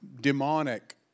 demonic